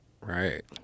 Right